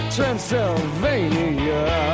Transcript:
Transylvania